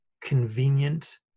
convenient